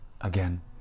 again